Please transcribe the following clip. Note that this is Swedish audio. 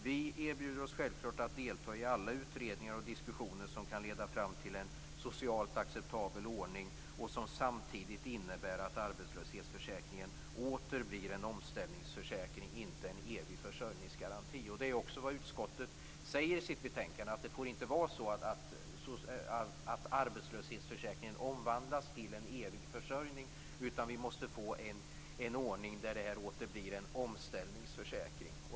Vi erbjuder oss självfallet att delta i alla utredningar och diskussioner som kan leda fram till en socialt acceptabel ordning och som samtidigt innebär att arbetslöshetsförsäkringen åter blir en omställningsförsäkring, inte en evig försörjningsgaranti. Det är också vad utskottet säger i sitt betänkande. Det får inte vara så att arbetslöshetsförsäkringen omvandlas till en evig försörjning, utan vi måste få en ordning där den åter blir en omställningsförsäkring.